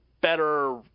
better